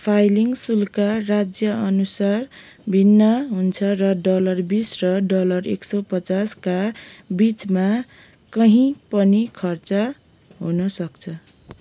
filing शुल्क राज्यअनुसार भिन्न हुन्छ र डलर बिस र डलर एक सौ पचासका बिचमा कहीँ पनि खर्च हुन सक्छ